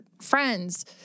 friends